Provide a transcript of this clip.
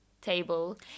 table